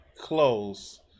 close